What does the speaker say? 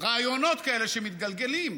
רעיונות כאלה שמתגלגלים,